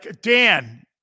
Dan